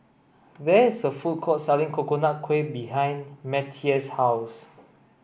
there is a food court selling Coconut Kuih behind Mattye's house